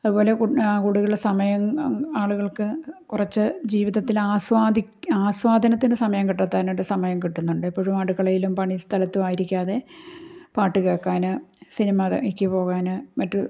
അതുപോലെ കൂടുതൽ സമയം ആളുകൾക്ക് കുറച്ച് ജീവിതത്തിൽ ആസ്വാദനം ആസ്വാദനത്തിന് സമയം കിട്ടാത്തത് സമയം കിട്ടുന്നുണ്ട് എപ്പോഴും അടുക്കളയിലും പണിസ്ഥലത്തും ആയിരിക്കാതെ പാട്ടു കേൾക്കാൻ സിനിമക്ക് പോകാൻ മറ്റ്